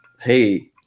Hey